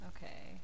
Okay